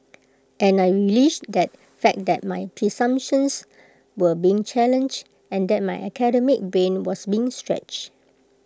and I relished that fact that my presumptions were being challenged and that my academic brain was being stretched